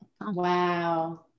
Wow